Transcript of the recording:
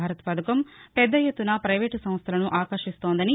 భారత్ పథకం పెద్ద ఎత్తున పైవేట్ సంస్థలను ఆకర్షిస్తోందని